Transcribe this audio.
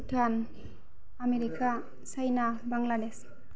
Bhutan America China Bangladesh